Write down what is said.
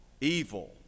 evil